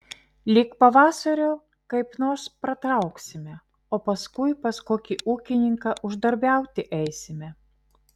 lig pavasario kaip nors pratrauksime o paskui pas kokį ūkininką uždarbiauti eisime